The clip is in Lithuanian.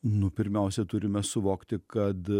nu pirmiausia turime suvokti kad